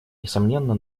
несомненно